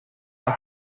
were